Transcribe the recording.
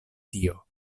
tio